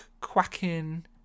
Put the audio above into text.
quacking